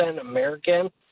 American